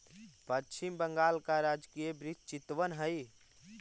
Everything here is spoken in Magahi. पश्चिम बंगाल का राजकीय वृक्ष चितवन हई